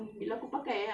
big build ya